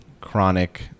chronic